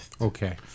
Okay